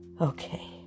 okay